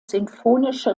sinfonische